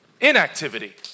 Inactivity